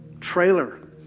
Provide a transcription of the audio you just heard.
trailer